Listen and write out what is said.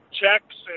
checks